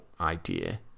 idea